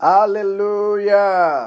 Hallelujah